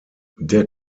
der